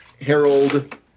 Harold